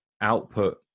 output